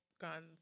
guns